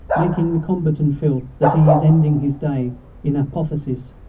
making the combatant feel that he is ending his day in apotheosis.